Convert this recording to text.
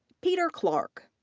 peter clarke,